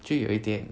就有一点